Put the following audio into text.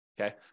Okay